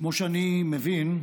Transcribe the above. כמו שאני מבין,